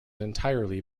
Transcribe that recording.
entirely